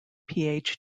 phd